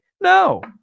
No